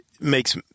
makes